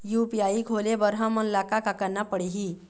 UPI खोले बर हमन ला का का करना पड़ही?